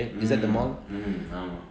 mm mm ஆமா:aamaa